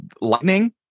lightning